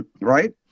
right